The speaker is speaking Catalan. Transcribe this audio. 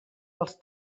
els